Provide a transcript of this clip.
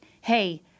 hey